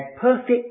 perfect